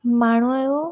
माण्हूअ जो